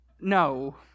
No